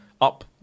up